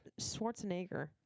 Schwarzenegger